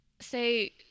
say